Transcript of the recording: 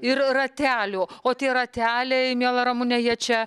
ir ratelių o tie rateliai miela ramune jie čia